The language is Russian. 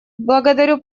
благодарю